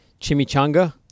Chimichanga